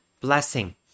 blessing